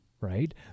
right